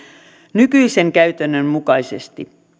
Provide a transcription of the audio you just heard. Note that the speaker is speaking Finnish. nykyisen käytännön mukaisesti